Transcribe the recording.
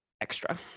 extra